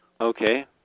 Okay